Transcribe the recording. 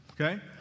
okay